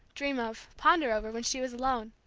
dream of, ponder over, when she was alone.